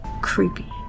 creepy